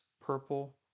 purple